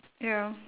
ya